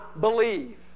believe